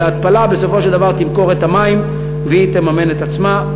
כי בסופו של דבר ההתפלה תמכור את המים ותממן את עצמה,